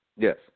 Yes